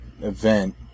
event